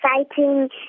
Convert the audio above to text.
exciting